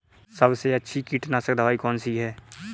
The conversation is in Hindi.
सबसे अच्छी कीटनाशक दवाई कौन सी है?